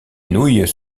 nouilles